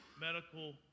medical